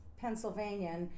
Pennsylvania